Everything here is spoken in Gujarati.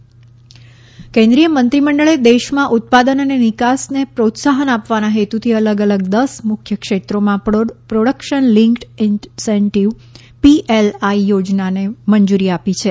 મંત્રીમંડળ પીએલઆઇ યોજના કેન્રિર્ય મંત્રીમંડળે દેશમાં ઉત્પાદન અને નિકાસને પ્રોત્સાહન આપવાના હેતુથી અલગ અલગ દસ મુખ્ય ક્ષેત્રોમાં પ્રોડક્શન લીંકડ ઇન્સેન્ટીવ પીએલઆઇ યોજનાને મંજૂરી આપી છે